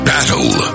Battle